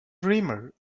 dreamer